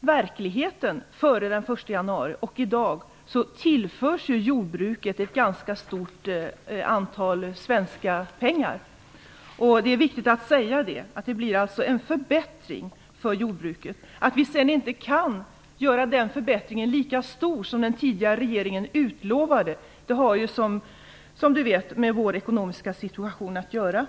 hur det var före den 1 januari 1995 tillförs jordbruket de facto en ganska stor summa svenska pengar. Det är viktigt att säga att det blir en förbättring för jordbruket. Att vi sedan inte kan göra den förbättringen lika stor som den tidigare regeringen utlovade har, som Lars Stjernkvist vet, med vår ekonomiska situation att göra.